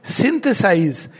synthesize